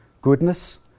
Goodness